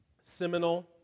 seminal